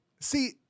See